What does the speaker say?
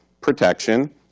protection